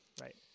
right